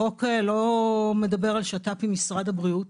החוק לא מדבר על שת"פ עם משרד הבריאות,